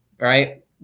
Right